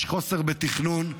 יש חוסר בתכנון,